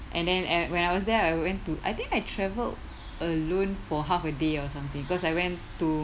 and then at when I was there I went to I think I travelled alone for half a day or something cause I went to